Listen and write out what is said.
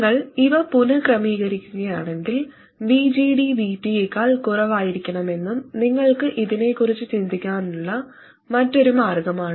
നിങ്ങൾ ഇവ പുനക്രമീകരിക്കുകയാണെങ്കിൽ VGD VT യേക്കാൾ കുറവായിരിക്കണമെന്നും നിങ്ങൾക്ക് ഇതിനെക്കുറിച്ച് ചിന്തിക്കാനുള്ള മറ്റൊരു മാർഗമാണ്